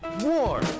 war